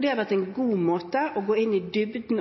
det har også vært en god måte å gå i dybden